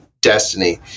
Destiny